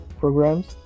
programs